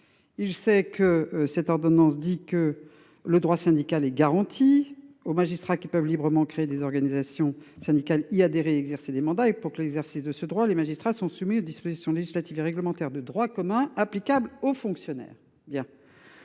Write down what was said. Il sait que cette ordonnance dit que le droit syndical et garanti aux magistrats qui peuvent librement créer des organisations syndicales y adhérer exercer des mandats et pour que l'exercice de ce droit, les magistrats sont soumis aux dispositions législatives et réglementaires de. Droit commun applicable aux fonctionnaires